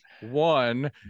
one